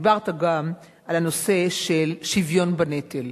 על הנושא של שוויון בנטל.